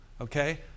Okay